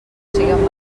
siguen